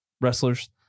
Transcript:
wrestlers